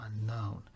unknown